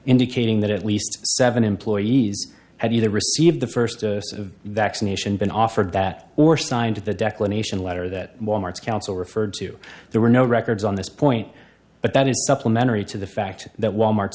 indicating that at least seven employees had either received the first of that nation been offered that or signed the declaration letter that wal mart's counsel referred to there were no records on this point but that is supplementary to the fact that wal mart